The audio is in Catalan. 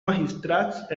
magistrat